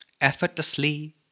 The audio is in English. effortlessly